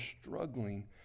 struggling